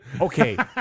okay